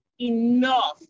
enough